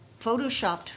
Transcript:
photoshopped